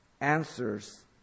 answers